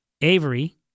Avery